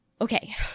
Okay